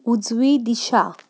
उजवी दिशा